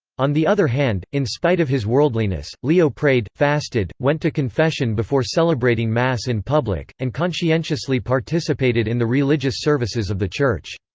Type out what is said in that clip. on the other hand, in spite of his worldliness, leo prayed, fasted, went to confession before celebrating mass in public, and conscientiously participated in the religious services of the church.